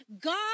God